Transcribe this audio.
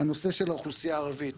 הנושא של האוכלוסייה הערבית.